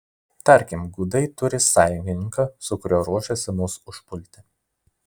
tarkim gudai turi sąjungininką su kuriuo ruošiasi mus užpulti